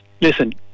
listen